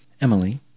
Emily